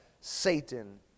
Satan